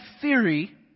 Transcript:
theory